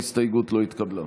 ההסתייגות לא נתקבלה.